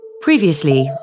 Previously